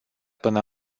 până